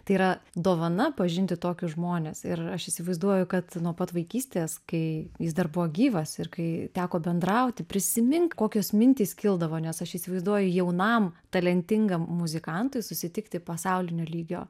tai yra dovana pažinti tokius žmones ir aš įsivaizduoju kad nuo pat vaikystės kai jis dar buvo gyvas ir kai teko bendrauti prisimink kokios mintys kildavo nes aš įsivaizduoju jaunam talentingam muzikantui susitikti pasaulinio lygio